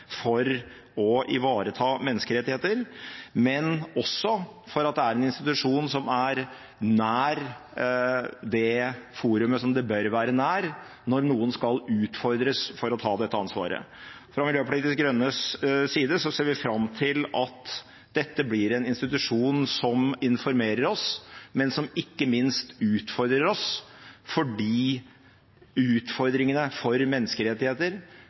for å ivareta menneskerettigheter, men også for at det er en institusjon som er nær det forumet som det bør være nær når noen skal utfordres til å ta dette ansvaret. Fra Miljøpartiet De Grønnes side ser vi fram til at dette blir en institusjon som informerer oss, men som ikke minst utfordrer oss, fordi utfordringene for menneskerettigheter